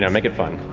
yeah make it fun.